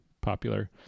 popular